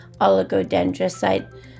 oligodendrocyte